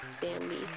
family